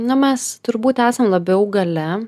na mes turbūt esam labiau gale